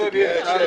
יש.